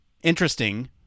Interesting